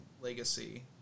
Legacy